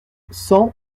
cent